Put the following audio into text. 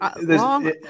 long